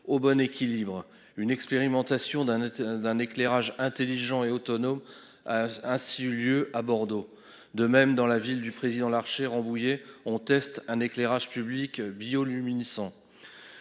au bon équilibre une expérimentation d'un autre d'un éclairage intelligent et autonome a ainsi eu lieu à Bordeaux. De même dans la ville du président Larché Rambouillet on teste un éclairage public bio luminescents.